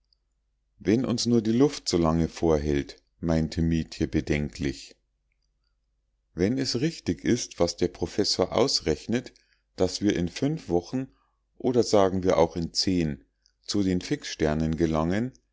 wenn uns nur die luft solange vorhält meinte mietje bedenklich wenn es richtig ist was der professor ausrechnet daß wir in fünf wochen oder sagen wir auch in zehn zu den fixsternen gelangen